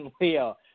Leo